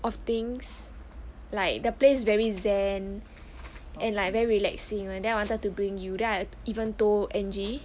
of things like the place very zen and like very relaxing then wanted to bring you then I even told angie